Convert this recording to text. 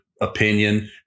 opinion